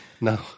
no